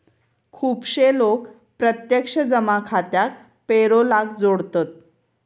खुपशे लोक प्रत्यक्ष जमा खात्याक पेरोलाक जोडतत